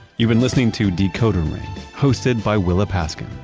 you've been listening to decoder ring hosted by willa paskin.